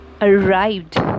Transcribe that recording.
arrived